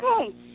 Okay